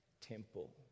temple